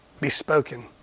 bespoken